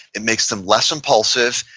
it makes them less impulsive.